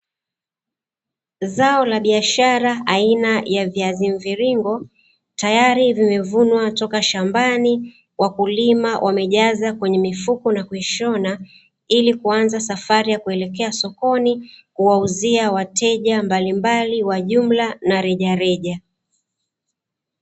Zao la biashara aina ya viazi mviringo, tayari limevunwa kutoka shambani, wakulima wamejazaa kwenye mifuko na kushona ili kuanza safari ya kuelekea sokoni kuwauzia wateja mbalimbali wa jumla na rejareja.